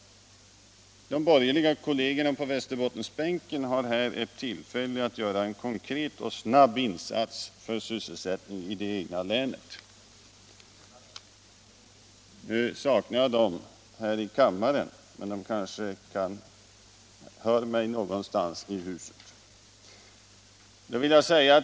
De borgerliga kollegerna på Västerbottensbänken har här ett tillfälle att göra en konkret och snar insats för sysselsättningen i det egna länet. Nu saknar jag dem här i kammaren, men de kanske hör mig någonstans i huset.